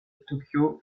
tokyo